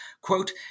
Quote